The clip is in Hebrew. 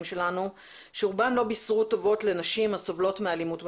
שלנו שרובם לא בישרו טובות לנשים הסובלות מאלימות במשפחה.